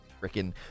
freaking